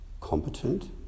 competent